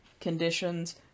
conditions